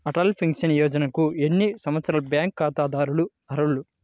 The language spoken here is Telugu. అటల్ పెన్షన్ యోజనకు ఎన్ని సంవత్సరాల బ్యాంక్ ఖాతాదారులు అర్హులు?